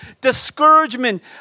Discouragement